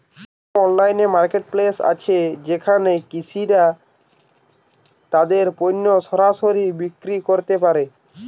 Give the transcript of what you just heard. কোন online marketplace আছে যেখানে কৃষকরা তাদের পণ্য সরাসরি বিক্রি করতে পারে?